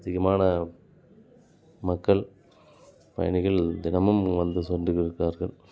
அதிகமான மக்கள் பயணிகள் தினமும் வந்து சென்று இருக்கிறார்கள்